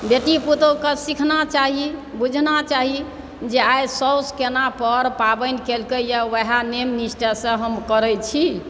बेटी पुतोहुकेँ सीखना चाही बुझना चाही जे आइ सासु केना पर पाबनि केलकैए उएह नियम निष्ठासँ हम करैत छी